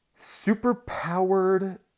Super-powered